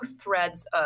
threads